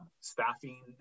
staffing